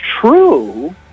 true